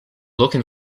looking